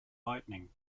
lightning